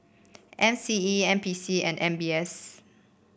M C E N P C and M B S